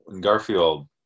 Garfield